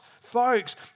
folks